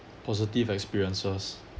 positive experiences